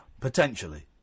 Potentially